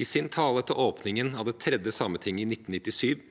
I sin tale til åpningen av det tredje sametinget i 1997